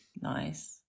Nice